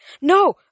no